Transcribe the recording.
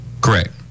correct